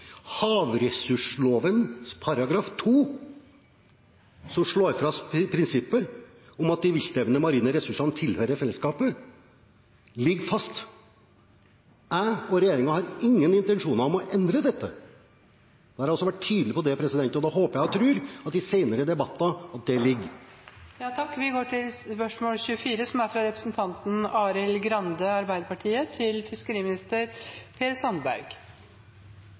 som slår fast prinsippet om at de viltlevende marine ressursene tilhører fellesskapet, ligger fast. Jeg og regjeringen har ingen intensjoner om å endre dette. Da har jeg også vært tydelig på det, og jeg håper og tror i senere debatter at det ligger fast. «I månedene som kommer vil viktige fiskeripolitiske prinsipper komme opp til debatt. Ressursfordelingen mellom privatkapital og fellesskapet kommer opp til